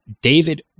David